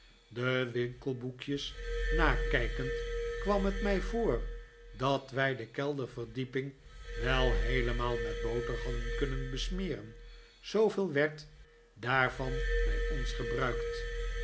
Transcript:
de winkelboekjes nakijkend kwam het mij voor dat wij de kelderverdiepina wel heelemaal met boter hadden kunnen besmeren zooveel werd daarvan bij ons gebruikt